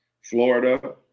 florida